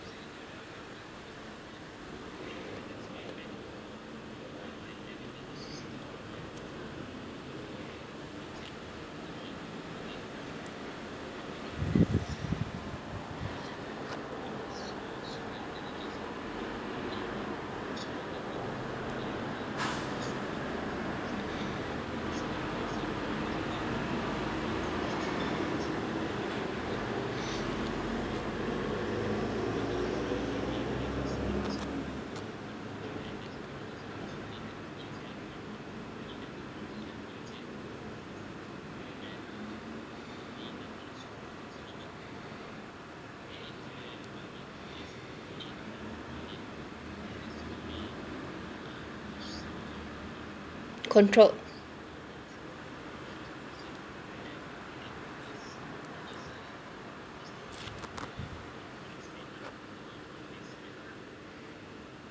control